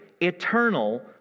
eternal